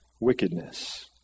wickedness